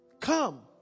Come